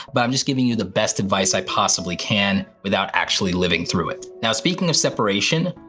but i'm just giving you the best advice i possibly can without actually living through it. now, speaking of separation,